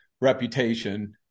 reputation